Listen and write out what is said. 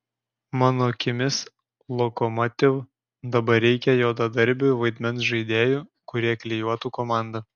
mano akimis lokomotiv dabar reikia juodadarbių vaidmens žaidėjų kurie klijuotų komandą